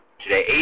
today